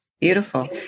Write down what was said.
Beautiful